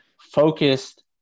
focused